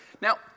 Now